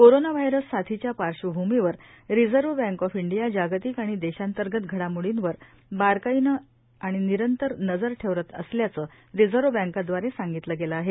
coronavirus साथीच्या पार्श्वभूमीवर reserve bank of India जागतिक आणि देशांतर्गत घडामोडींवर बारकाईने आणि निरंतर नजर ठेवत असल्याच रिझर्व्ह बँकदवारे सांगितल गेल आहे